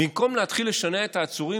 במקום להתחיל לשנע את העצורים,